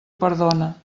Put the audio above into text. perdona